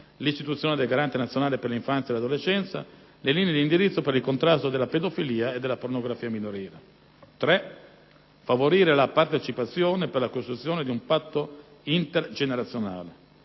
l'istituzione del Garante nazionale per l'infanzia e l'adolescenza, le linee di indirizzo per il contrasto della pedofilia e della pornografia minorile. In terzo luogo, va favorita la partecipazione per la costruzione di un patto intergenerazionale: